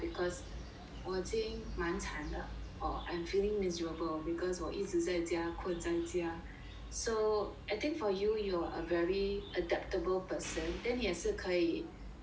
我已经蛮惨的 or I'm feeling miserable because 我一直在家困在家 so I think for you you're a very adaptable person then 你也是可以